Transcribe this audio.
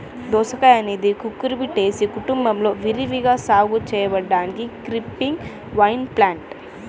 దోసకాయఅనేది కుకుర్బిటేసి కుటుంబంలో విరివిగా సాగు చేయబడిన క్రీపింగ్ వైన్ప్లాంట్